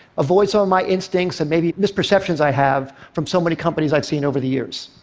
avoid some of my instincts and maybe misperceptions i have from so many companies i've seen over the years.